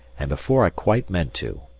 and before i quite meant to,